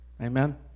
Amen